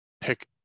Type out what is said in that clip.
pick